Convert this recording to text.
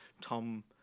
Tom